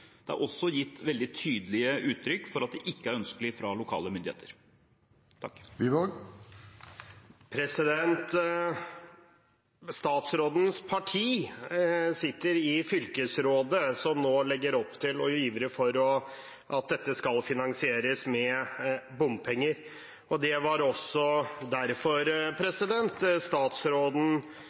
Det er også gitt veldig tydelig uttrykk for at det ikke er ønskelig fra lokale myndigheter. Statsrådens parti sitter i fylkesrådet, som nå legger opp til og ivrer for at dette skal finansieres med bompenger. Det var også derfor statsråden